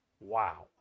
Wow